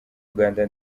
uganda